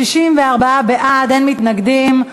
64 בעד, אין מתנגדים.